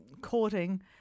courting